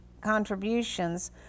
contributions